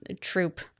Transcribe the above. troop